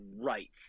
right